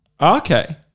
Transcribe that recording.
Okay